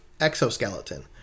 exoskeleton